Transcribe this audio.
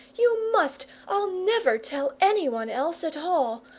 you must! i'll never tell anyone else at all,